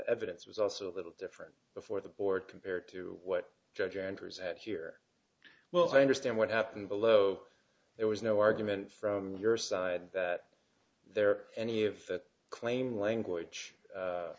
evidence was also a little different before the board compared to what judge enters at here well i understand what happened below there was no argument from your side that there are any if that claim language